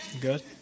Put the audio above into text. Good